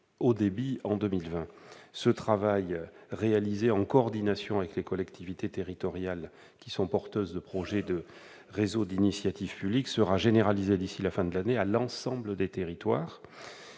haut débit en 2020. Ce travail, réalisé en coordination avec les collectivités territoriales porteuses de projets de réseaux d'initiative publique, sera généralisé d'ici à la fin de l'année à l'ensemble des territoires.